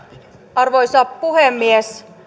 arvoisa puhemies